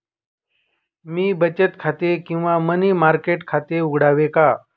मी बचत खाते किंवा मनी मार्केट खाते उघडावे का?